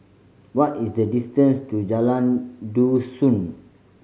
what is the distance to Jalan Dusun